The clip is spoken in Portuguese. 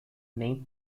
nem